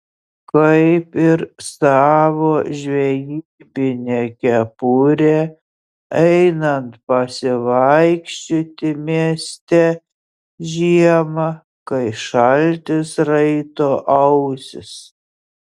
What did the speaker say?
kaip ir savo žvejybinę kepurę einant pasivaikščioti mieste žiemą kai šaltis raito ausis